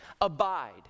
Abide